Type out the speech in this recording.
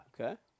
Okay